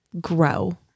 grow